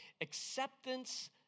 acceptance